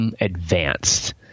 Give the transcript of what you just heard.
advanced